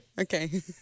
Okay